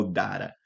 data